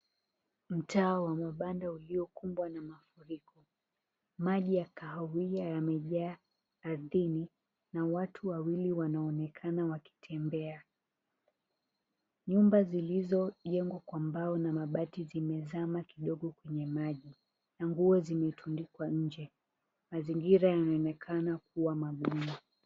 Mtaa wa mabanda uliyokumbwa na mafuriko. Maji ya kahawia yamejaa ardhini na watu wawili wanaonekana wakitembea. Nyumba zilizojengwa kwa mbao na mabati zimezama kidogo kwenye maji, na nguo zimetundikwa nje. Mazingira yanaonekana kuwa magumu.